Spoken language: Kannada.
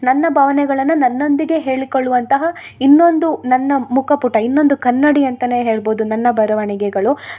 ನನ್ನ ಭಾವನೆಗಳನ್ನ ನನ್ನೊಂದಿಗೆ ಹೇಳಿಕೊಳ್ಳುವಂತಹ ಇನ್ನೊಂದು ನನ್ನ ಮುಖ ಪುಟ ಇನ್ನೊಂದು ಕನ್ನಡಿ ಅಂತಾ ಹೇಳ್ಬೌದು ನನ್ನ ಬರವಣಿಗೆಗಳು